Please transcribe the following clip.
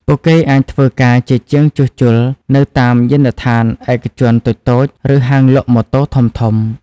ពួកគេអាចធ្វើការជាជាងជួសជុលនៅតាមយានដ្ឋានឯកជនតូចៗឬហាងលក់ម៉ូតូធំៗ។